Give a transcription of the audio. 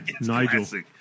Nigel